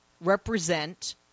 represent